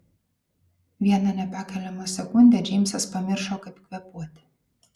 vieną nepakeliamą sekundę džeimsas pamiršo kaip kvėpuoti